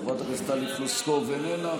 חברת הכנסת טלי פלוסקוב, איננה.